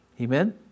Amen